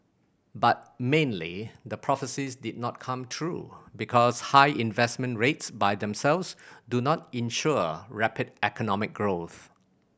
but mainly the prophecies did not come true because high investment rates by themselves do not ensure rapid economic growth